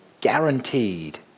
guaranteed